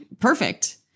Perfect